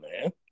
man